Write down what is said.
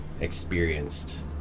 Experienced